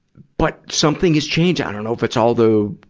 but something has changed i dunno if it's all the,